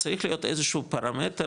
צריך להיות איזשהו פרמטר,